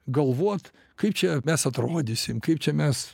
galvot kaip čia mes atrodysim kaip čia mes